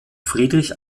friedrich